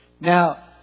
Now